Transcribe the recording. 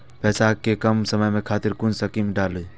पैसा कै कम समय खातिर कुन स्कीम मैं डाली?